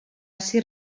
ser